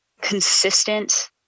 consistent